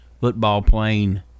football-playing